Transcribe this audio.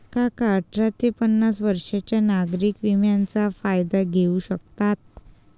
काका अठरा ते पन्नास वर्षांच्या नागरिक विम्याचा फायदा घेऊ शकतात